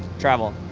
travel.